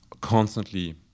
constantly